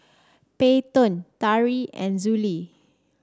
Peyton Tari and Zollie